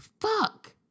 Fuck